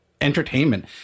entertainment